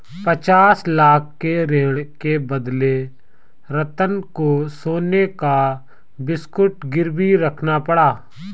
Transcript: पचास लाख के ऋण के बदले रतन को सोने का बिस्कुट गिरवी रखना पड़ा